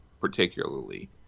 particularly